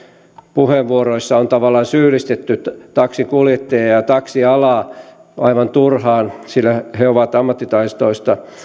puheenvuoroissa on tavallaan syyllistetty taksinkuljettajia ja ja taksialaa aivan turhaan sillä he ovat ammattitaitoista